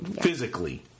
physically